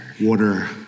water